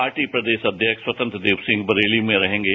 party प्रदेश अध्यक्ष स्वतंत्र देव सिंह बरेली में रहेंगे